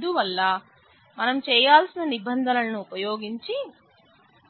అందువల్ల మేం చేయాల్సిన నిబంధనలను ఉపయోగించి నేను